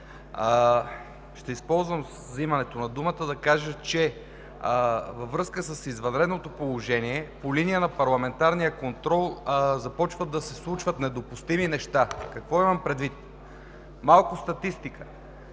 Ще използвам вземането на думата, за да кажа, че във връзка с извънредното положение по линия на парламентарния контрол започват да се случват недопустими неща. Какво имам предвид? Малко статистика: